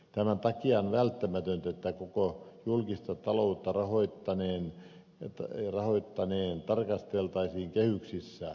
tämän takia on välttämätöntä että koko julkisen talouden rahoittamista tarkasteltaisiin kehyksissä